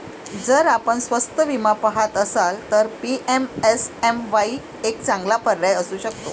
जर आपण स्वस्त विमा पहात असाल तर पी.एम.एस.एम.वाई एक चांगला पर्याय असू शकतो